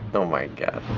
oh my god.